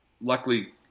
Luckily